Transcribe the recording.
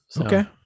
Okay